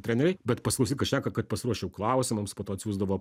treneriai bet paklausyt ką šneka kad pasiruoščiau klausimams po to atsiųsdavo